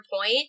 point